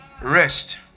Rest